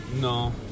No